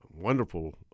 wonderful